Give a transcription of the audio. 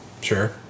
Sure